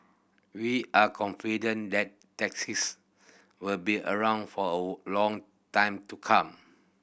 we are confident that taxis will be around for a long time to come